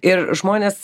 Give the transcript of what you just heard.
ir žmonės